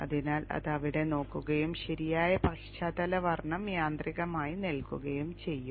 അതിനാൽ അത് അവിടെ നോക്കുകയും ശരിയായ പശ്ചാത്തല വർണ്ണം യാന്ത്രികമായി നൽകുകയും ചെയ്യും